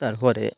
তার পরে